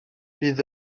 bydd